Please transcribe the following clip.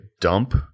dump